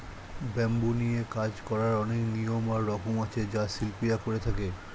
bamboo নিয়ে কাজ করার অনেক নিয়ম আর রকম আছে যা শিল্পীরা করে থাকে